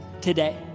today